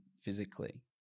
physically